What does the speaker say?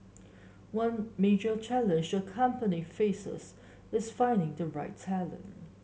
one major challenge the company faces is finding the right talent